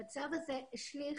המצב הזה השליך